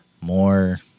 more